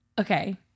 Okay